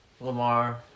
Lamar